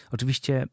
Oczywiście